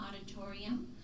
Auditorium